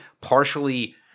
partially